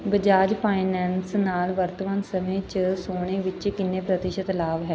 Bajaj finance ਨਾਲ ਵਰਤਮਾਨ ਸਮੇਂ 'ਚ ਸੋਨੇ ਵਿੱਚ ਕਿੰਨੇ ਪ੍ਰਤੀਸ਼ਤ ਲਾਭ ਹੈ